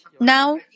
Now